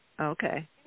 Okay